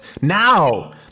now